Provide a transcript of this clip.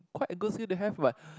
quite a good skill to have but